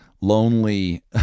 lonely